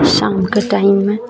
शामके टाइममे